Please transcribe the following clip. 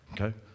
okay